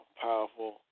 powerful